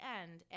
end